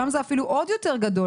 שם השינוי אפילו עוד יותר גדול,